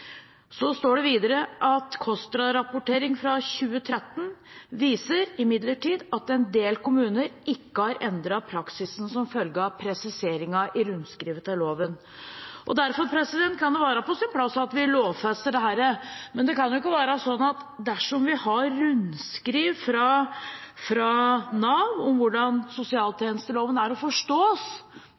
2013 viser imidlertid at en del kommuner ikke har endret praksisen som følge av presiseringen i rundskrivet til loven.» Derfor kan det være på sin plass at vi lovfester dette, men det kan jo ikke være sånn at dersom vi har rundskriv fra Nav om hvordan sosialtjenesteloven er å